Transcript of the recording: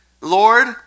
Lord